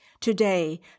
Today